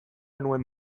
nuen